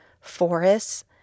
forests